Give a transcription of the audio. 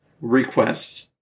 request